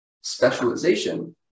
specialization